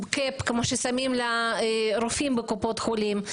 קאפ כמו ששמים לרופאים בקופות החולים.